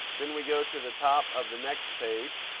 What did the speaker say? then we go to the top of the next page.